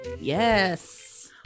Yes